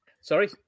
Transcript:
sorry